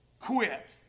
quit